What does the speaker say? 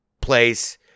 place